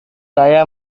saya